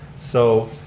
so,